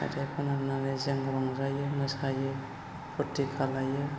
मेथाइ खनहोनानै जों रंजायो मोसायो फुर्थि खालामो